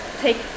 take